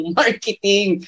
marketing